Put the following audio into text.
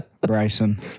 Bryson